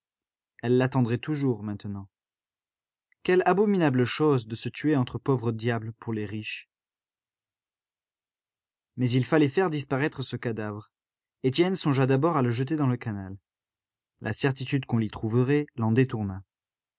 elles l'attendraient toujours maintenant quelle abominable chose de se tuer entre pauvres diables pour les riches mais il fallait faire disparaître ce cadavre étienne songea d'abord à le jeter dans le canal la certitude qu'on l'y trouverait l'en